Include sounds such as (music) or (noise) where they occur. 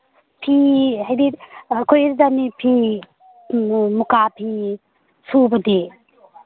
ꯐꯤ ꯍꯥꯏꯗꯤ ꯑꯩꯈꯣꯏ (unintelligible) ꯐꯤ ꯃꯨꯀꯥ ꯐꯤ ꯁꯨꯕꯗꯤ